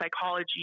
psychology